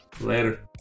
Later